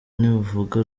ntibavuga